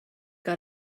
got